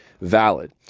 valid